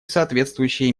соответствующие